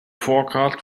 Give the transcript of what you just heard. forecast